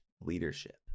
leadership